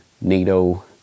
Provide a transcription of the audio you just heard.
NATO